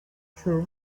sure